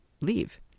Leave